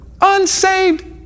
Unsaved